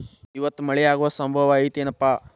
ಇವತ್ತ ಮಳೆ ಆಗು ಸಂಭವ ಐತಿ ಏನಪಾ?